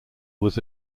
was